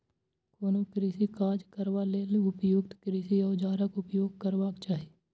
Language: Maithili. कोनो कृषि काज करबा लेल उपयुक्त कृषि औजारक उपयोग करबाक चाही